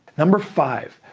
number five,